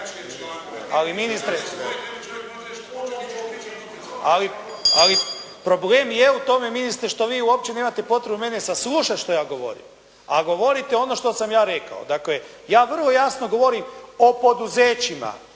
ali ministre, ali problem je u tome ministre što vi uopće nemate potrebu mene saslušati što ja govorim, a govorite ono što sam ja rekao. Dakle, ja vrlo jasno govorim o poduzećima